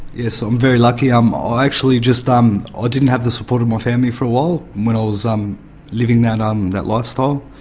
yes, i'm very lucky. um i actually um ah didn't have the support of my family for a while when i was um living that um that lifestyle,